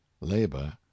labor